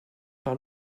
par